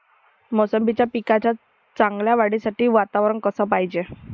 मोसंबीच्या पिकाच्या चांगल्या वाढीसाठी वातावरन कस पायजे?